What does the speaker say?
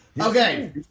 Okay